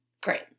Great